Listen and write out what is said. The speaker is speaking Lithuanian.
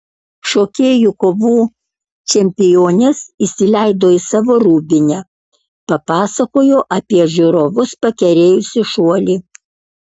šokėjų kovų čempionės įsileido į savo rūbinę papasakojo apie žiūrovus pakerėjusį šuolį